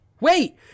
Wait